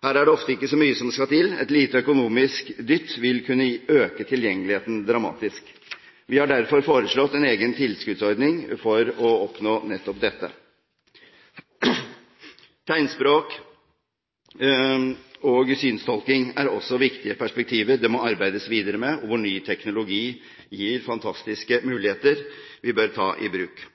Her er det ofte ikke så mye som skal til. Et lite økonomisk dytt vil kunne øke tilgjengeligheten dramatisk. Vi har derfor foreslått en egen tilskuddsordning for å oppnå nettopp dette. Tegnspråk- og synstolkning er også viktige perspektiver det må arbeides videre med, hvor ny teknologi gir fantastiske muligheter vi bør ta i bruk.